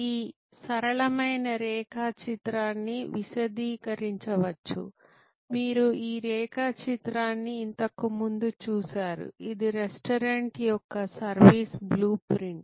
ఈ సరళమైన రేఖాచిత్రాన్ని విశదీకరించవచ్చు మీరు ఈ రేఖాచిత్రాన్ని ఇంతకు ముందు చూశారు ఇది రెస్టారెంట్ యొక్క సర్వీస్ బ్లూ ప్రింట్